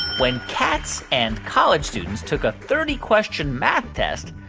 when cats and college students took a thirty question math test,